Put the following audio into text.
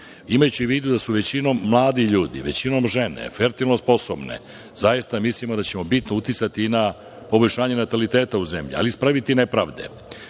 Imajući u vidu da su većim mladi ljudi, većim žene, fertilno sposobne, zaista mislimo da ćemo bitno uticati i na poboljšanje nataliteta u zemlji, ali i ispraviti nepravde.S